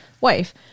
wife